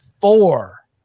four